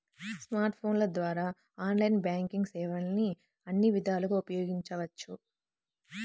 smart ఫోన్ల ద్వారా online banking సేవల్ని అన్ని విధాలుగా ఉపయోగించవచ్చు